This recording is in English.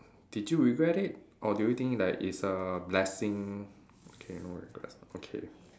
did you regret it or did you think like it's a blessing okay no regrets okay